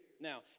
Now